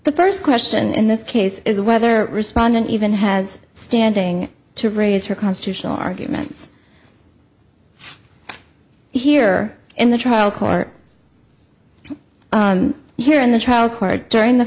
the first question in this case is whether respondent even has standing to raise her constitutional arguments here in the trial court here in the trial court during the